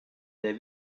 der